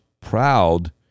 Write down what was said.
proud